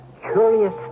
curious